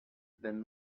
then